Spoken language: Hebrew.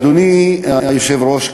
אדוני היושב-ראש,